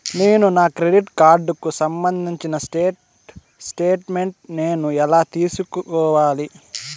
నేను నా క్రెడిట్ కార్డుకు సంబంధించిన స్టేట్ స్టేట్మెంట్ నేను ఎలా తీసుకోవాలి?